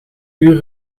uur